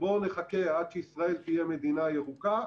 בואו נחכה עד שישראל תהיה מדינה ירוקה,